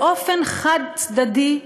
באופן חד-צדדי,